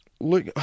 look